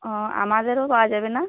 ও আমাদেরও পাওয়া যাবে না